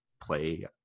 play